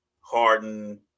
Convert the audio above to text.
Harden